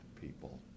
people